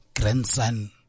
grandson